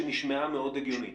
שנשמעה מאוד הגיונית.